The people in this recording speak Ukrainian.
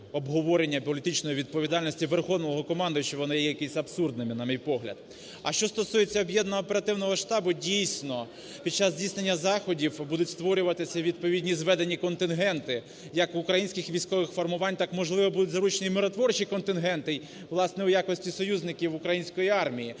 обговорення політичної відповідальності Верховного Головнокомандуючого вони є якісь абсурдними, на мій погляд. А що стосується Об'єднаного оперативного штабу, дійсно, під час здійснення заходів будуть створюватися відповідні зведені контингенти як українських військових формувань, так, можливо, будуть залучені миротворчі контингенти, власне, в якості союзників української армії.